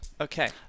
Okay